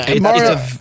Mario